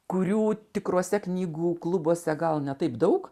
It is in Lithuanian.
kurių tikruose knygų klubuose gal ne taip daug